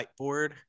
whiteboard